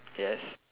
yes